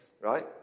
right